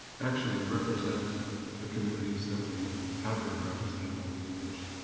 actually represent the communities that we have been representing over the years.